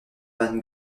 van